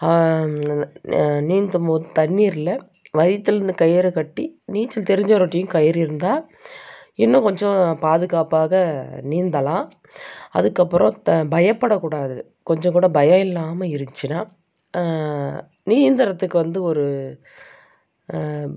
நீந்தும்போது தண்ணீரில் வயிற்றில கயிறு கட்டி நீச்சல் தெரிஞ்சவருகிட்டேயும் கயிறு இருந்தால் இன்னும் கொஞ்சம் பாதுகாப்பாக நீந்தலாம் அதுக்கப்புறம் த பயப்படக்கூடாது கொஞ்சம் கூட பயமில்லாமல் இருந்துச்சின்னால் நீந்துகிறதுக்கு வந்து ஒரு